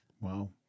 Wow